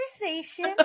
conversation